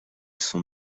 son